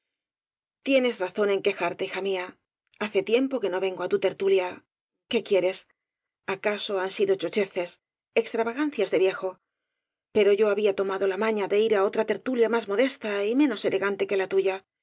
ienes razón en quejarte hija mía hace tiem po que no vengo á tu tertulia qué quieres acaso han sido chocheces extravagancias de viejo pero yo había tomado la maña de ir á otra tertulia más modestay menos eleganteque la tuya